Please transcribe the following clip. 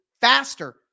faster